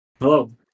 hello